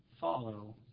follow